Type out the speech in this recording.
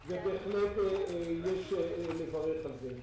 וזה יעשה טוב